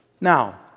Now